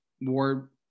more